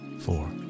four